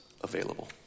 Available